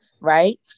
right